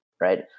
right